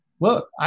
look